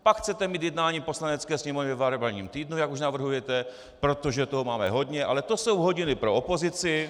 Pak chcete mít jednání Poslanecké sněmovny ve variabilním týdnu, jak už navrhujete, protože toho máme hodně, ale to jsou hodiny pro opozici.